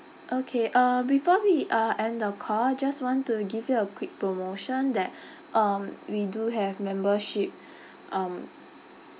okay uh before we uh end the call just want to give you a quick promotion that um we do have membership um